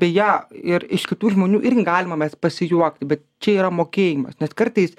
beje ir iš kitų žmonių irgi galima mes pasijuokti bet čia yra mokėjimas nes kartais